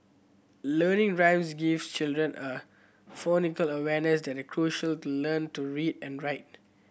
learning rhymes gives children a awareness that is crucial to learn to read and write